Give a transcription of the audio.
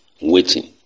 waiting